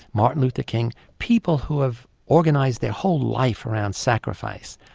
martin luther king people who have organised their whole life around sacrifice.